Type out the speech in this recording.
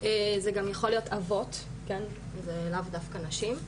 זה גם יכול להיות אבות, כן, זה לאו דווקא נשים.